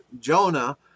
Jonah